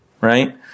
right